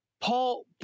Paul